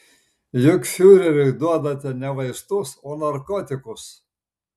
juk fiureriui duodate ne vaistus o narkotikus